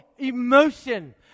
Emotion